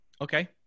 Okay